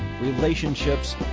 relationships